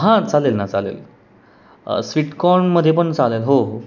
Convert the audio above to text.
हां चालेल ना चालेल स्वीटकॉर्नमध्ये पण चालेल हो हो